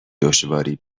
دشواری